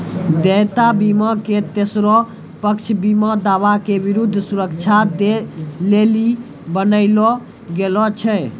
देयता बीमा के तेसरो पक्ष बीमा दावा के विरुद्ध सुरक्षा दै लेली बनैलो गेलौ छै